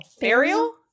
Burial